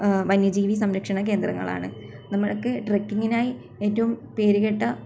വന്യജീവി സംരക്ഷണ കേന്ദ്രങ്ങളാണ് നമുക്ക് ട്രക്കിങ്ങിനായി ഏറ്റവും പേരുകേട്ട